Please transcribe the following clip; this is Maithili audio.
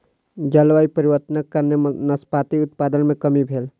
जलवायु परिवर्तनक कारणेँ नाशपाती उत्पादन मे कमी भेल